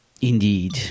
Indeed